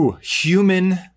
human